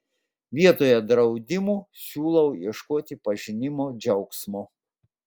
vietoje draudimų siūlau ieškoti pažinimo džiaugsmo